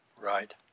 Right